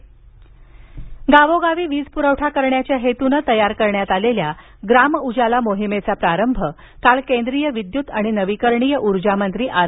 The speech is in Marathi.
ग्राम उजाला गावोगावी वीजपुरवठा करण्याच्या हेतूनं तयार करण्यात आलेल्या ग्राम उजाला मोहिमेचा प्रारंभ काल केंद्रीय विद्युत आणि नवीकरणीय ऊर्जामंत्री आर